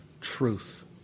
truth